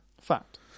fact